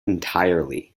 entirely